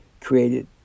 created